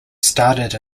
started